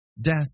Death